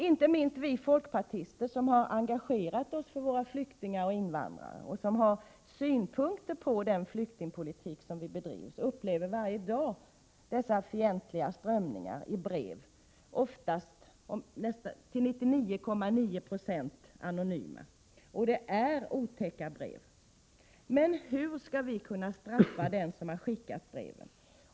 Inte minst vi folkpartister, som engagerat oss för våra flyktingar och invandrare och som har synpunkter på den flyktingpolitik som bedrivs, upplever varje dag dessa fientliga strömningar i brev — till 99,9 26 anonyma. Det är otäcka brev. Men hur skall vi kunna straffa dem som har skickat breven?